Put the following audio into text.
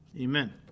Amen